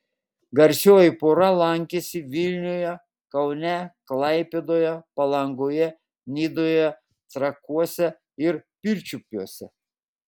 garsioji pora lankėsi vilniuje kaune klaipėdoje palangoje nidoje trakuose ir pirčiupiuose